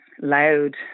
loud